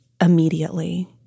immediately